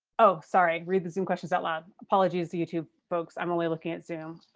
oh, sorry. read the zoom questions out loud. apologies youtube folks. i'm only looking at zoom.